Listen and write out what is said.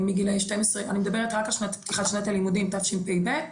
אני מדברת רק על פתיחת שנת הלימודים תשפ"ב,